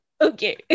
okay